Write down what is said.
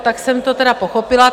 Tak jsem to tedy pochopila.